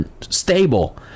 Stable